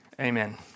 amen